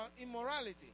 immorality